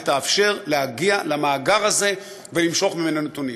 ותאפשר להגיע למאגר הזה ולמשוך ממנו נתונים.